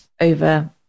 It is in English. over